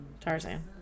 Tarzan